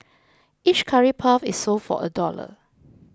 each curry puff is sold for a dollar